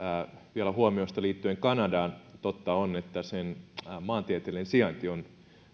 vielä huomiosta liittyen kanadaan totta on että sen maantieteellinen sijainti on